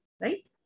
Right